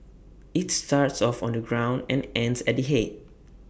IT starts off on the ground and ends at the Head